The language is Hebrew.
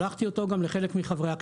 שלחתי אותו גם לחלק מחברי הכנסת.